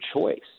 choice